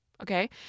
Okay